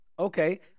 Okay